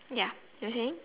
ya you were saying